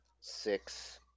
six